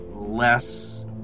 less